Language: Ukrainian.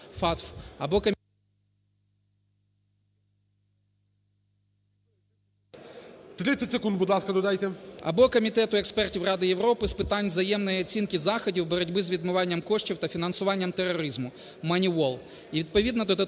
Або Комітету експертів ради Європи з питань взаємної оцінки заходів боротьби з відмиванням коштів та фінансуванням тероризму МОNEYVAL